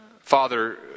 Father